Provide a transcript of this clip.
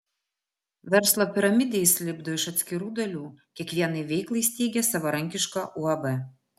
verslo piramidę jis lipdo iš atskirų dalių kiekvienai veiklai steigia savarankišką uab